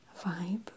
vibe